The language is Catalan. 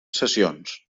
cessions